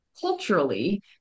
culturally